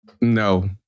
No